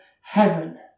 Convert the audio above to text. heaven